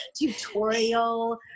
tutorial